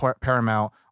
Paramount